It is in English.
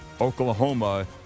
Oklahoma